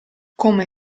come